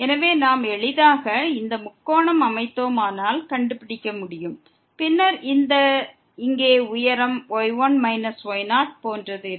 எனவே நாம் எளிதாக இந்த முக்கோணம் அமைத்தோமானால் கண்டுபிடிக்க முடியும் பின்னர் இங்கே இந்த உயரம் y1 y0 போன்று இருக்கும்